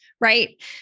right